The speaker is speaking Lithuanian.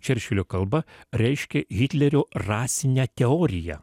čerčilio kalba reiškia hitlerio rasinę teoriją